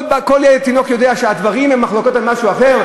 כל תינוק יודע שהדברים הם מחלוקות על משהו אחר,